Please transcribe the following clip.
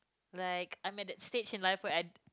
like I'm at the stage in life for at